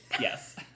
Yes